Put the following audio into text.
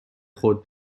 خود